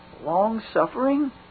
long-suffering